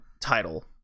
title